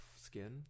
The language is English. skin